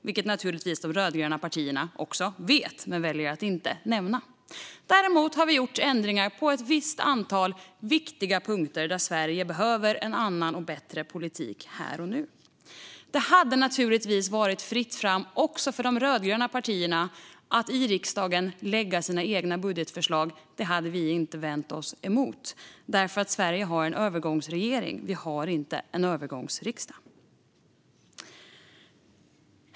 Det vet naturligtvis de rödgröna partierna. Men de väljer att inte nämna det. Däremot har vi gjort ändringar på ett visst antal viktiga punkter där Sverige behöver en annan och bättre politik här och nu. Det hade naturligtvis varit fritt fram också för de rödgröna partierna att i riksdagen lägga sina egna budgetförslag, det hade vi inte vänt oss emot. Sverige har en övergångsregering. Vi har inte en övergångsriksdag.